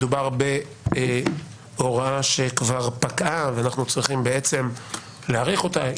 מדובר בהוראה שכבר פקעה ואנחנו צריכים להאריך אותה.